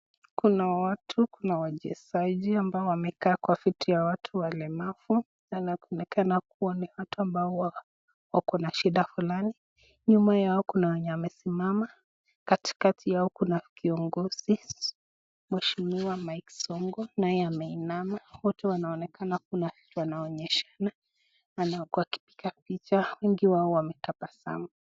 Kuna watu, kuna wajesaji ambao wamekaa kwa viti ya watu walemavu. Na inaonekana kuwa ni watu ambao wako na shida fulani. Nyuma yao kuna wenye wamesimama, katikati yao kuna kiongozi Mheshimiwa Mike Sonko. Naye ameinama. Wote wanaonekana kuna kitu wanaonyeshana na wakipiga picha. Wengi wao wametabasamu.